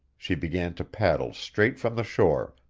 she began to paddle straight from the shore,